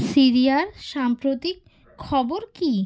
সিরিয়ার সাম্প্রতিক খবর কী